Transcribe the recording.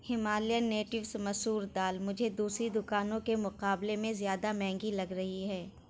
Himalayan نیٹوس مسور دال مجھے دوسری دکانوں کے مقابلے میں زیادہ مہنگی لگ رہی ہے